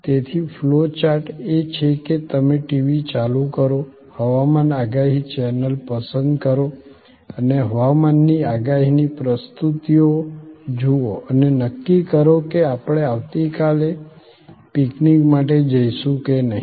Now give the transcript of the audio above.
તેથી flow chart એ છે કે તમે ટીવી ચાલુ કરો હવામાન આગાહી ચેનલ પસંદ કરો અને હવામાનની આગાહીની પ્રસ્તુતિઓ જુઓ અને નક્કી કરો કે આપણે આવતીકાલે પિકનિક માટે જઈશું કે નહીં